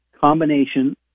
combination